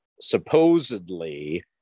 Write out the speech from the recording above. supposedly